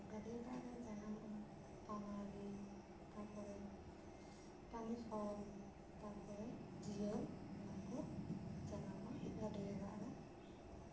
ᱜᱟᱹᱰᱭᱟᱹ ᱫᱟᱜ ᱨᱮ ᱡᱟᱱᱟᱢᱚᱜᱼᱟ ᱯᱟᱱᱟᱲᱤ ᱛᱟᱯᱚᱨᱮ ᱯᱟᱱᱤᱯᱷᱚᱞ ᱛᱟᱯᱚᱨᱮ ᱡᱤᱭᱟᱹᱞ ᱚᱱᱟᱠᱚ ᱡᱟᱱᱟᱢᱚᱜᱼᱟ ᱜᱟᱹᱰᱭᱟᱹ ᱫᱟᱜ ᱨᱮ